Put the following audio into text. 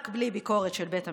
רק בלי ביקורת של בית המשפט,